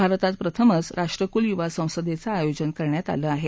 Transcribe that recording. भारतात प्रथमच राष्ट्रकुल युवा संसदेचं आयोजन करण्यात आलं आहे